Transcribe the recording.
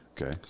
Okay